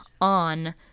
on